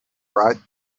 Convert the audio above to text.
right